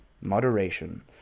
moderation